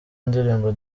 ndirimbo